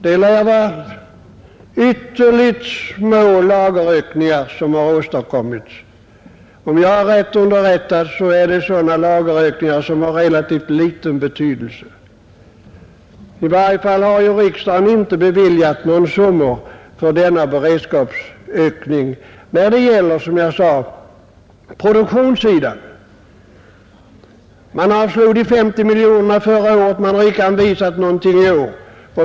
Det lär vara ytterligt små lagerökningar som har åstadkommits — om jag är riktigt underrättad är det sådana lagerökningar som har relativt liten betydelse. I varje fall har ju riksdagen inte beviljat några summor för denna beredskapsökning när det gäller, som jag sade, produktionssidan. Man avslog förslaget om de 50 miljonerna förra året, och man har icke anvisat någonting i år.